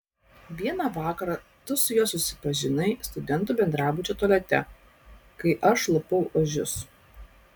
vieną vakarą tu su juo susipažinai studentų bendrabučio tualete kai aš lupau ožius